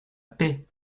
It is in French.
paix